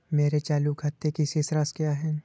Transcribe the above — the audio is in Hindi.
मेरे चालू खाते की शेष राशि क्या है?